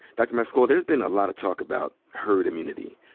dr mascola, there has been a lot of talk about herd immunity.